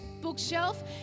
bookshelf